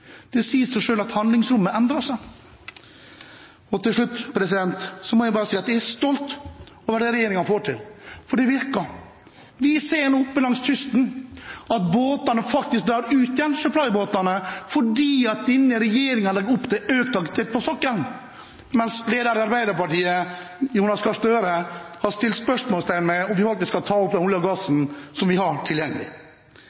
Det sier seg selv at handlingsrommet endrer seg. Til slutt må jeg bare si at jeg er stolt over det regjeringen får til, for det virker. Vi ser nå oppe langs kysten at supplybåtene drar ut igjen fordi denne regjeringen legger opp til økt aktivitet på sokkelen, mens leder i Arbeiderpartiet, Jonas Gahr Støre, har stilt spørsmål ved om vi faktisk skal ta opp den oljen og